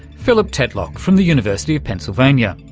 philip tetlock from the university of pennsylvania.